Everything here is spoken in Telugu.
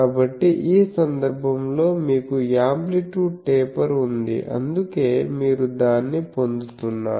కాబట్టి ఈ సందర్భంలో మీకు యాంప్లిట్యూడ్ టేపర్ ఉంది అందుకే మీరు దాన్ని పొందుతున్నారు